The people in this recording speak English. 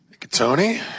Tony